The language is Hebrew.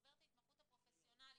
עובר את ההתמחות הפרופסיונלית,